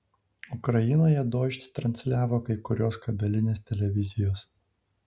ukrainoje dožd transliavo kai kurios kabelinės televizijos